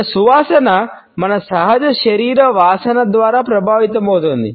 మన సువాసన మన సహజ శరీర వాసన ద్వారా ప్రభావితమవుతుంది